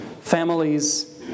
families